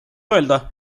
öelda